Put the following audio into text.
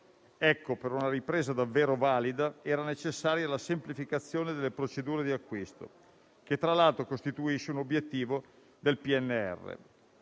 Ebbene, per una ripresa davvero valida era necessaria la semplificazione delle procedure di acquisto, che tra l'altro costituisce un obiettivo del PNRR